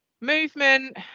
movement